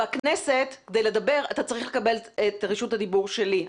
בכנסת כדי לדבר אתה צריך לקבל את רשות הדיבור שלי,